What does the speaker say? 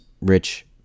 rich